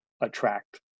attract